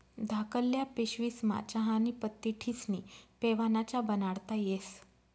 धाकल्ल्या पिशवीस्मा चहानी पत्ती ठिस्नी पेवाना च्या बनाडता येस